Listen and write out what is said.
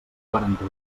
quaranta